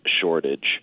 shortage